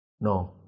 No